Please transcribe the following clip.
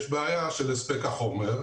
יש בעיה של הספק החומר,